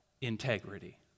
integrity